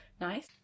Nice